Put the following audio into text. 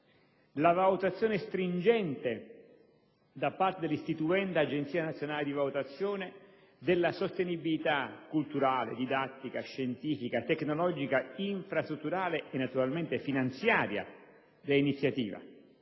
la valutazione stringente, da parte dell'istituenda Agenzia nazionale di valutazione, della sostenibilità culturale, didattica, scientifica, tecnologica, infrastrutturale e, naturalmente, finanziaria dell'iniziativa;